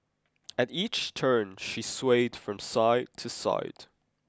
at each turn she swayed from side to side